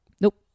Nope